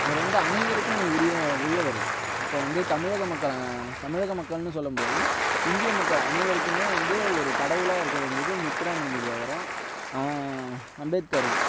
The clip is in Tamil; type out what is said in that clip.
அவர் வந்து அனைவருக்கும் உரிய உரியவர் இப்போ வந்து தமிழக மக்கள் தமிழக மக்கள்னு சொல்ல முடியாது இந்திய மக்கள் அனைவருக்கும் வந்து ஒரு கடவுளாக இருக்க வேண்டியது முத்துராமலிங்க தேவரும் அம்பேத்கரும்